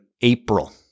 April